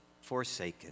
forsaken